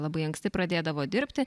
labai anksti pradėdavo dirbti